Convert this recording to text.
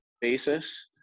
basis